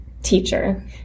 teacher